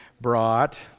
brought